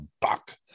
buck